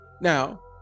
Now